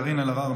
קארין אלהרר,